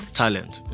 talent